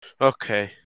Okay